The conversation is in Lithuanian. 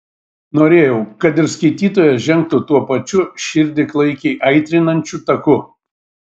norėjau kad ir skaitytojas žengtų tuo pačiu širdį klaikiai aitrinančiu taku